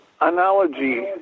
analogy